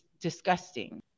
disgusting